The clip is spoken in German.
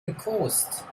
gekost